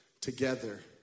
together